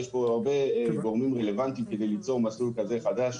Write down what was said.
יש פה הרבה גורמים רלבנטיים כדי ליצור מסלול כזה חדש,